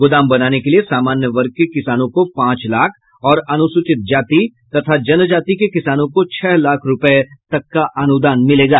गोदाम बनाने के लिए सामान्य वर्ग के किसानों को पांच लाख और अनुसूचित जाति तथा जनजाति के किसानों को छह लाख रूपये तक का अनुदान मिलेगा